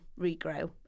regrow